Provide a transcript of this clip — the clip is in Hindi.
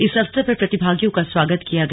इस अवसर पर प्रतिभागियो का स्वागत किया गया